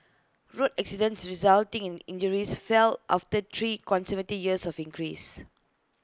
road accidents resulting in injuries fell after three consecutive years of increase